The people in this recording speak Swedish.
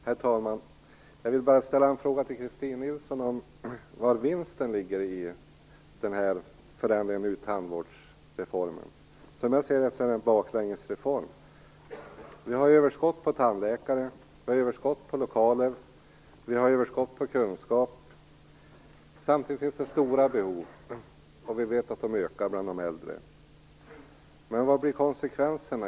Herr talman! Jag vill bara ställa en fråga till Christin Nilsson om var vinsten ligger i den här tandvårdsreformen. Som jag ser det är detta en baklängesreform. Vi har överskott på tandläkare, lokaler och kunskap. Samtidigt finns det stora behov, och vi vet att de ökar bland de äldre. Men vilka blir konsekvenserna?